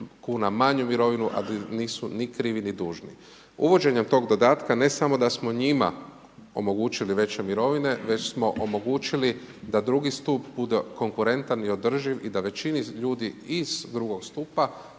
kn manju mirovinu, a nisu ni krivi ni dužni. Uvođenjem tog dodatka ne samo da smo njima omogućili veće mirovine, već smo omogućili da drugi stup bude konkurentan i održiv i da većini ljudi iz prvog stupa,